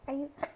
!aiyo!